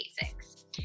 basics